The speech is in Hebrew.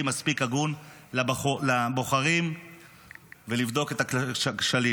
מספיק הגון לבוחרים כדי לבדוק את הכשלים.